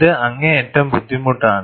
ഇത് അങ്ങേയറ്റം ബുദ്ധിമുട്ടാണ്